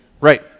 Right